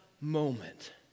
moment